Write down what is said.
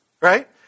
Right